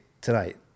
tonight